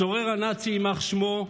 הצורר הנאצי, יימח שמו,